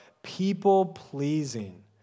People-pleasing